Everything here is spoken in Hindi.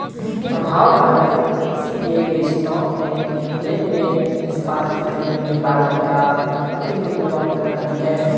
प्रभाव लागत किसी दिए गए स्टॉक में लेनदेन निष्पादित करने की लागत का प्रतिनिधित्व करती है